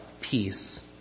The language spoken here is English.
peace